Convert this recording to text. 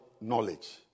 knowledge